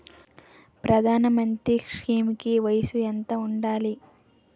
ప్రధాన మంత్రి స్కీమ్స్ కి వయసు ఎంత ఉండాలి?